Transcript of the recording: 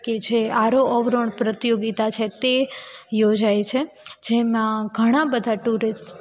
કે જે આરોહ અવરોહણ પ્રતિયોગિતા છે તે યોજાય છે જેમાં ઘણા બધા ટૂરિસ્ટ